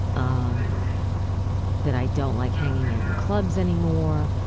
um that i don't like hanging out in clubs anymore,